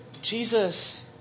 Jesus